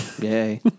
Yay